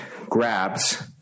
grabs